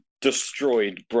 destroyed